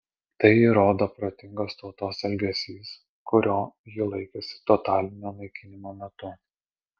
tai įrodo protingos tautos elgesys kurio ji laikėsi totalinio naikinimo metu